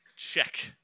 check